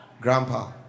Grandpa